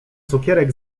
cukierek